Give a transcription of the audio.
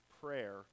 prayer